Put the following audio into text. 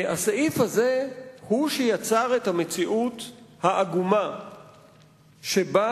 הסעיף הזה הוא שיצר את המציאות העגומה שבה